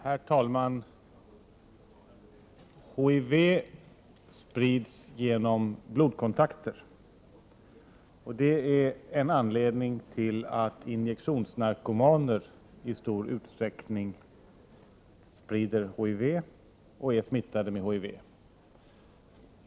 Herr talman! HIV sprids genom blodkontakt. Det är en anledning till att 6 injektionsnarkomaner i stor utsträckning sprider HIV och är smittade med HIV.